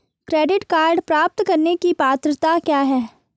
Credit card प्राप्त करने की पात्रता क्या है?